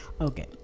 Okay